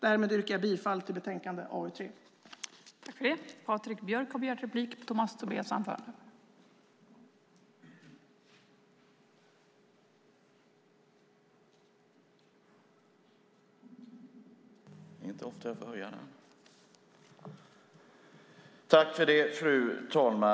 Därmed yrkar jag bifall till förslaget i utlåtande AU3.